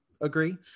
agree